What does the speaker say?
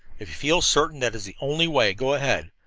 if you feel certain that is the only way, go ahead.